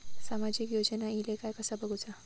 सामाजिक योजना इले काय कसा बघुचा?